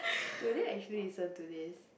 will they actually listen to this